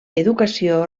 educació